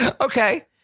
Okay